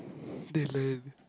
they learn